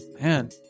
Man